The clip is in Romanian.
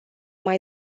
mai